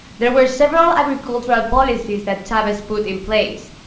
there were several agricultural policies that chavez put in place.